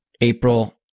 April